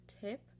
tip